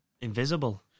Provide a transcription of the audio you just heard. invisible